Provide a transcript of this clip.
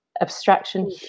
abstraction